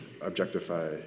objectify